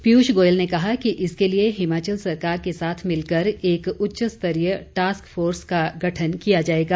पीयूष गोयल ने कहा कि इसके लिए हिमाचल सरकार के साथ मिलकर एक उच्च स्तरीय टास्क फोर्स का गठन किया जाएगा